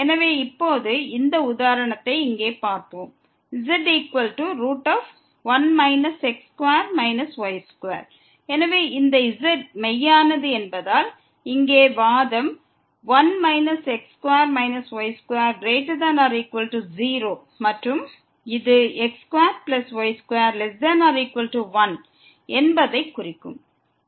எனவே இப்போது இந்த உதாரணத்தை இங்கே பார்ப்போம் z1 x2 y2 எனவே இந்த z மெய்யானது என்பதால் இங்கே வாதம் ≥0 மற்றும் இது x2y2≤1 என்பதைக் குறிக்கும்